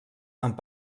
amb